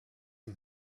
and